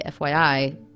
FYI